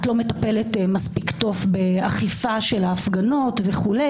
את לא מטפלת מספיק טוב באכיפה של ההפגנות וכו',